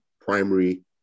primary